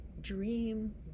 dream